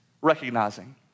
recognizing